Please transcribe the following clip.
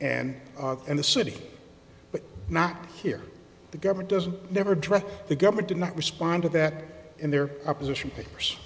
and and the city but not here the government doesn't never drive the government did not respond to that in their opposition papers